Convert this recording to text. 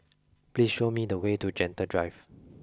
please show me the way to Gentle Drive